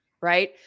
Right